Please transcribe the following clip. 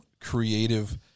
creative